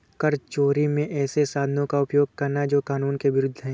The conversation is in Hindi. कर चोरी में ऐसे साधनों का उपयोग करना जो कानून के विरूद्ध है